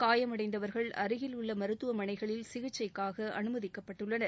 காயமடைந்தவர்கள் அருகில் உள்ள மருத்துவமனைகளில் சிகிச்சைக்காக அனுமதிக்கப்பட்டுள்ளனர்